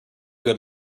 good